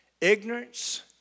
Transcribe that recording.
Ignorance